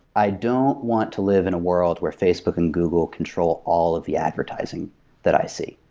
i don't want to live in a world where facebook and google control all of the advertising that i see.